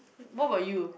what about you